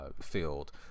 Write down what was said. field